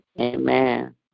Amen